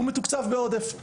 הוא מתוקצב בעודף.